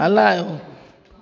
हलायो